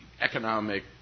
economic